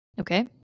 Okay